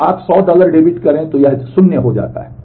तो आप 100 dollar debit करें यह 0 हो जाता है